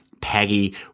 Peggy